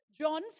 John